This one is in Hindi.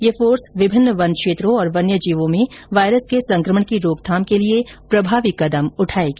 ये फोर्स विभिन्न वन क्षेत्रों और वन्य जीवों में वायरस के संकमण की रोकथाम के लिए प्रभावी कदम उठायेगी